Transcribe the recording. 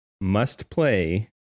must-play